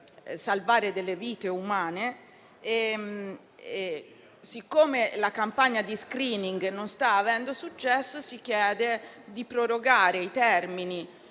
salvare delle vite umane e, siccome la campagna di *screening* non sta avendo successo, si chiede di prorogare i termini